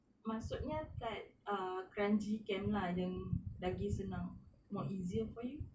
maksudnya kat ah kranji camp lah yang lagi senang more easier for you